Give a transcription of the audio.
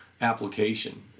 application